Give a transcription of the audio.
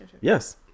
Yes